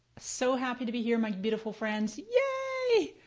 so happy to be here my beautiful friends. yay!